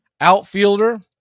outfielder